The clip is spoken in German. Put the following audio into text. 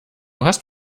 hast